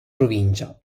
provincia